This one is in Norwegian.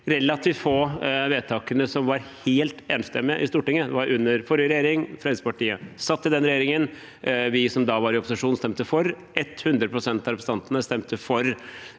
relativt få vedtakene som var helt enstemmige i Stortinget. Det var under forrige regjering. Fremskrittspartiet satt i den regjeringen. Vi som da var i opposisjon, stemte for. 100 pst. av representantene stemte for